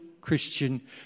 Christian